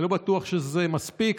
אני לא בטוח שזה מספיק,